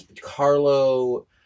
carlo